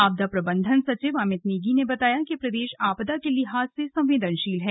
आपदा प्रबंधन सचिव अमित नेगी ने बताया कि प्रदेश आपदा के लिहाज से संवेदनशील है